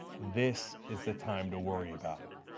this is the time to worry about it.